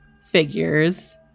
figures